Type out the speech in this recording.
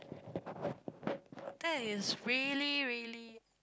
that is really really